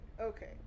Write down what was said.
okay